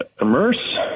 immerse